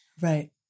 Right